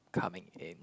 coming in